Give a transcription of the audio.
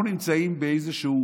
אנחנו נמצאים באיזשהו